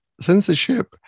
censorship